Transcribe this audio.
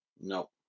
No